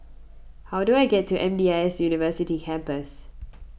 how do I get to M D I S University Campus